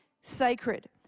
sacred